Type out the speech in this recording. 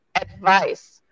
advice